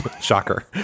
Shocker